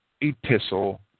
epistle